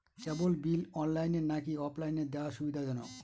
কেবল bill অনলাইনে নাকি অফলাইনে দেওয়া সুবিধাজনক?